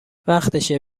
وقتشه